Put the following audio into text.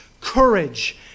courage